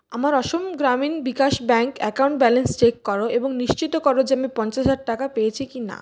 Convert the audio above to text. আমার Assam Gramin Vikash bank account balance check কর এবং নিশ্চিত কর যে আমি পঞ্চাশ টাকা পেয়েছি কিনা